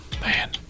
Man